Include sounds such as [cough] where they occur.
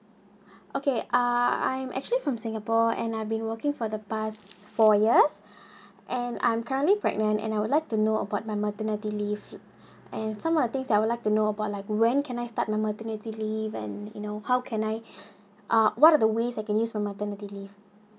[breath] okay ah I am actually from singapore and I've been working for the past four years [breath] and I'm currently pregnant and I would like to know about my maternity leave [breath] and someone the things that I would like to know about like when can I start my maternity leave and you know how can [breath] uh what are the ways I can use for maternity leave